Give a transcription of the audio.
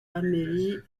amélie